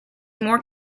more